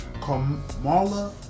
Kamala